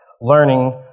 learning